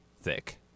thick